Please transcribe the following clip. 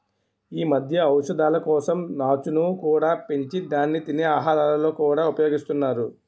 ఈ మధ్య ఔషధాల కోసం నాచును కూడా పెంచి దాన్ని తినే ఆహారాలలో కూడా ఉపయోగిస్తున్నారు